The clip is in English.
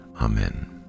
Amen